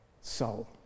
soul